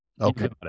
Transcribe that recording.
Okay